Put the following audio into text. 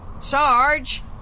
Sarge